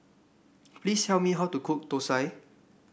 please tell me how to cook thosai